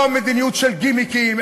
לא מדיניות של גימיקים,